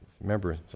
Remember